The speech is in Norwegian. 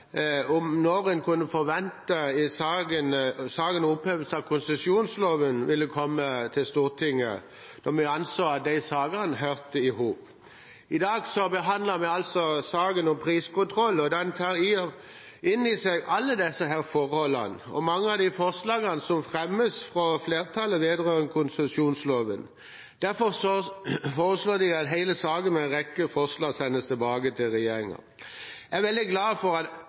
om når en kunne forvente at saken om opphevelse av konsesjonsloven ville komme til Stortinget, da vi anså at de sakene hørte i hop. I dag behandler vi altså saken om priskontroll, og den tar inn i seg alle disse forholdene og mange av de forslagene som fremmes av flertallet vedrørende konsesjonsloven. Derfor foreslår de at hele saken med en rekke forslag sendes tilbake til regjeringen. Jeg er veldig glad for at